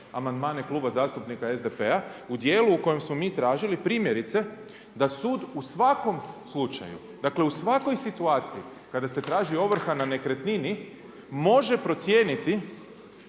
amandmane Kluba zastupnika SDP-a u dijelu u kojem smo mi tražili, primjerice, da sud u svakom slučaju dakle, u svakoj situaciji kada se traži ovrha na nekretnini, može procijeniti